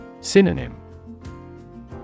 Synonym